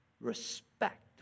respect